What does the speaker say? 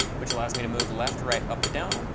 which allows me to move left, right, up, or down.